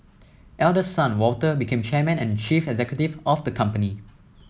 eldest son Walter became chairman and chief executive of the company